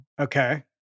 Okay